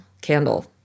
candle